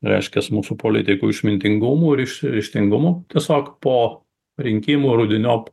reiškias mūsų politikų išmintingumu ryžtingumu tiesiog po rinkimų rudeniop